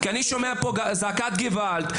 אני שומע פה אזעקת גוואלד,